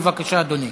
בבקשה, אדוני.